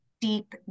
deep